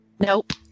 Nope